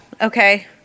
Okay